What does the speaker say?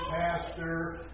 pastor